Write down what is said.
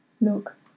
look